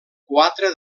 quatre